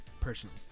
personally